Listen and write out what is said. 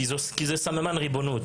כי זה סממן ריבונות,